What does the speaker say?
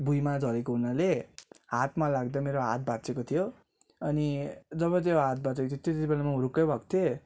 भुइमा झरेको हुनाले हातमा लाग्दा मेरो हात भाँचिएको थियो अनि जब त्यो हात भाँचिएको थियो त्यति बेला म हुरुक्कै भएको थिएँ